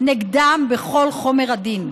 נגדם את כל חומר הדין.